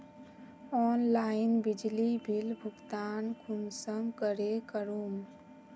Online बिजली bill भुगतान कुंसम करे करूम?